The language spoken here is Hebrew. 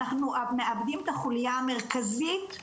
אנחנו מאבדים את החולייה המרכזית בשינוי.